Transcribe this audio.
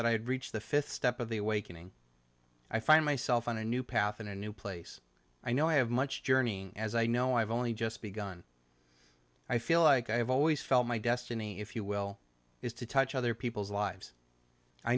that i had reached the fifth step of the awakening i find myself on a new path in a new place i know i have much journey as i know i've only just begun i feel like i have always felt my destiny if you will is to touch other people's lives i